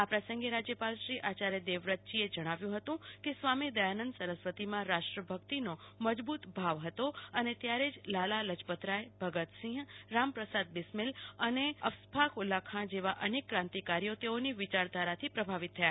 આ પ્રસંગે રાજ્યપાલશ્રી આયાર્ય દેવવ્રતજીએ જણાવ્યું હતું કે સ્વામિ દયાનંદ સરસ્વતીમાં રાષ્ટ્ર ભક્તિનો મજૂબત ભાવ તેઓના મનમાં હતો અને ત્યારે જ લાલા લજપતરાય ભગતસિંહ રામપ્રસાદ બિસ્મીલ અને અસ્ફાત ઉલ્લા ખાં જેવા અનેક ક્રાંતિકારીઓ તેઓની વિચારધારાથી પ્રભાવિત થયા હતા